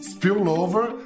Spillover